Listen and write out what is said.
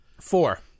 four